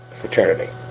fraternity